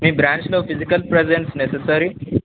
మీ బ్రాంచలో physical presence necessary